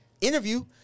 interview